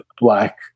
black